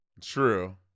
True